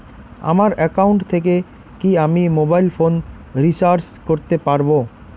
আমার একাউন্ট থেকে কি আমি মোবাইল ফোন রিসার্চ করতে পারবো?